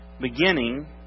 beginning